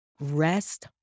rest